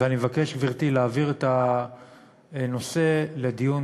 אני מבקש, גברתי, להעביר את הנושא לדיון